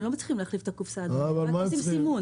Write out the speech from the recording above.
הם לא צריכים להחליף את הקופסה, רק לסמן.